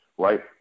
right